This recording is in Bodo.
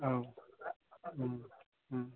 औ